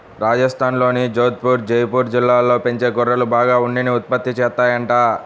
రాజస్థాన్లోని జోధపుర్, జైపూర్ జిల్లాల్లో పెంచే గొర్రెలు బాగా ఉన్నిని ఉత్పత్తి చేత్తాయంట